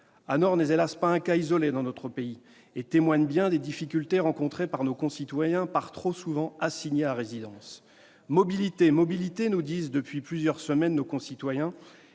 Anor n'est, hélas ! pas un cas isolé dans notre pays et témoigne bien des difficultés auxquelles se heurtent nos concitoyens, par trop souvent « assignés à résidence ».« Mobilité, mobilités », nous disent depuis plusieurs semaines nos concitoyens